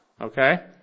okay